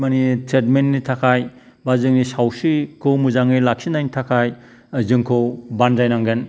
माने ट्रिटमेन्टनि थाखाय बा जोंनि सावस्रिखौ मोजाङै लाखिनायनि थाखाय जोंखौ बानजायनांगोन